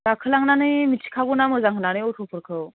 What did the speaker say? गाखोलांनानै मिथिखागौना मोजां होननानै अट'फोरखौ